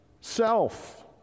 self